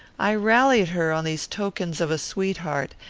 i rallied her on these tokens of a sweetheart,